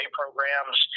programs